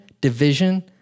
division